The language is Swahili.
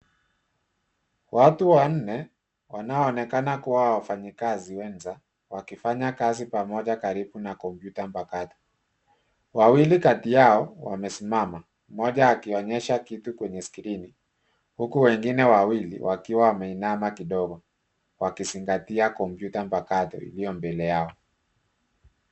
Watu wanne wanaonekana kuwa wafanyikazi wenza, wakifanya kazi pamoja karibu na kompyuta mpakato, wawili kati yao wamesimama moja akionyesha kitu kwenye skrini huku wengine wawili wakiwa wameinama kidogo, wakizingatia kompyuta mpakato ilio mbele yao.